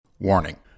Warning